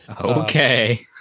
okay